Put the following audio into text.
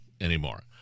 anymore